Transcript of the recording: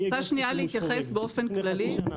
אני רוצה להתייחס שנייה